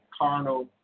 carnal